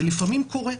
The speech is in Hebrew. זה לפעמים קורה.